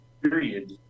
Period